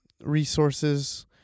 resources